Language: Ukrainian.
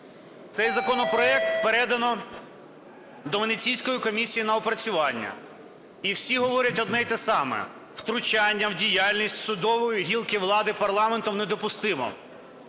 Цей законопроект передано до Венеційської комісії на опрацювання. І всі говорять одне і те саме: втручання в діяльність судової гілки влади парламентом недопустимо.